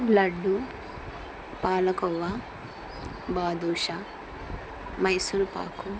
laddu palkova badusha Mysore pak